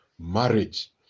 marriage